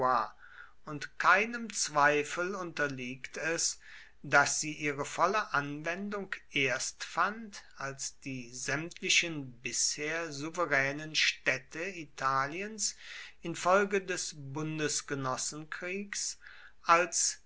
und keinem zweifel unterliegt es daß sie ihre volle anwendung erst fand als die sämtlichen bisher souveränen städte italiens infolge des bundesgenossenkriegs als